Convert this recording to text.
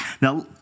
Now